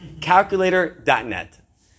Calculator.net